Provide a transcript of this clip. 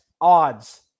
odds